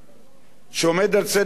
שעומד על סדר-יומנו,